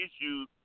issues